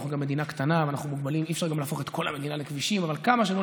אנחנו גם מדינה קטנה ואנחנו מוגבלים,